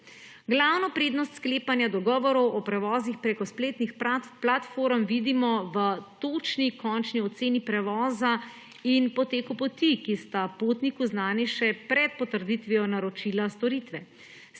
Glavno prednost sklepanja dogovorov o prevozih preko spletnih platform vidimo v točni končni oceni prevoza in poteku poti, ki sta potniki znani še pred potrditvijo naročila storitve.